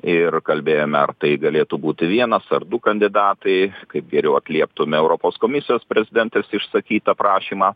ir kalbėjome ar tai galėtų būti vienas ar du kandidatai kaip geriau atlieptume europos komisijos prezidentės išsakytą prašymą